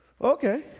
Okay